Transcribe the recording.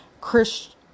Christian